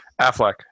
Affleck